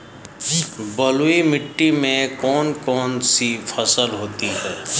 बलुई मिट्टी में कौन कौन सी फसल होती हैं?